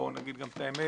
בואו נגיד גם את האמת,